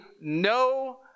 no